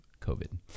COVID